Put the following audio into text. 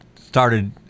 started